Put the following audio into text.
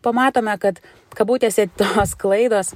pamatome kad kabutėse tos klaidos